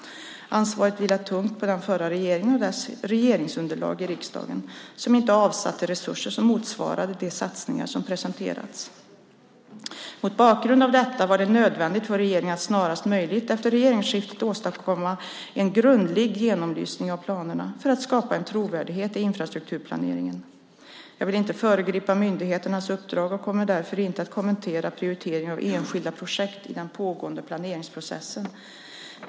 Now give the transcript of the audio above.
Ansvaret vilar tungt på den förra regeringen och dess regeringsunderlag i riksdagen som inte avsatte resurser som motsvarade de satsningar som presenterats. Mot bakgrund av detta var det nödvändigt för regeringen att snarast möjligt efter regeringsskiftet åstadkomma en grundlig genomlysning av planerna för att skapa en trovärdighet i infrastrukturplaneringen. Jag vill inte föregripa myndigheternas uppdrag och kommer därför inte att kommentera prioriteringen av enskilda projekt i den pågående planeringsprocessen.